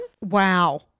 wow